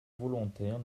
volontaires